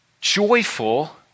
joyful